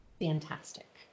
Fantastic